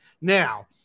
Now